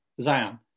Zion